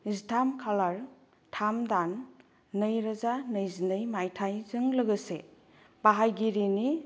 जिथाम खालार थाम दान नैरोजा नैजिनै मायथाइजों लोगोसे बाहायगिरिनि